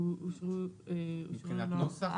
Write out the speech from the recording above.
--- מבחינת נוסח?